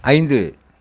ஐந்து